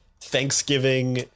Thanksgiving